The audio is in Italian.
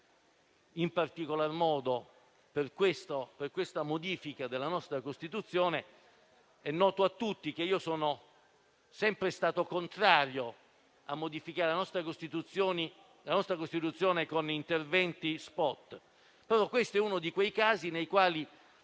in particolar modo su questa modifica della nostra Costituzione. È noto a tutti che sono sempre stato contrario a modificare la nostra Costituzione con interventi *spot*, ma questo è uno di quei casi nei quali